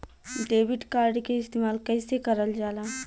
Debit card के इस्तेमाल कइसे करल जाला?